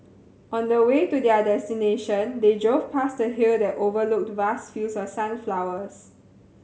on the way to their destination they drove past a hill that overlooked vast fields of sunflowers